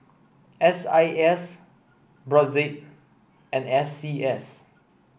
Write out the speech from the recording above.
S I S Brotzeit and S C S